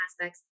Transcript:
aspects